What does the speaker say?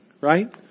right